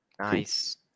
nice